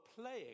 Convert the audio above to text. playing